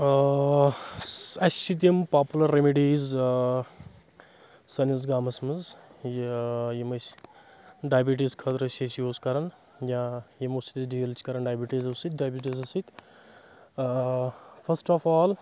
اَسہِ چھِ تِم پاپوٗلر ریمِڈیٖز سٲنِس گامَس منٛز یہِ یِم أسۍ ڈایبٹیٖز خٲطرٕ چھِ أسۍ یوٗز کران یا یِمو سۭتۍ أسۍ ڈیٖل چھِ کران ڈایبٹیٖزو سۭتۍ ڈایبٹیٖزو سۭتۍ اۭں فسٹ آف آل